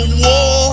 war